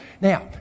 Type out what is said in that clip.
Now